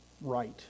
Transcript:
right